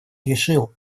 решил